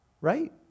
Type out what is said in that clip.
Right